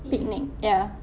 picnic ya